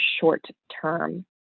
short-term